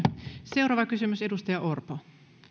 seuraava kysymys edustaja orpo